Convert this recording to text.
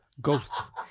Ghosts